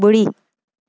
ॿुड़ी